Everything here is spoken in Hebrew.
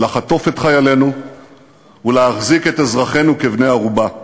לחטוף את חיילינו ולהחזיק את אזרחינו כבני-ערובה.